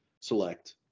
select